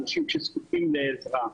אנשים שזקוקים לעזרה.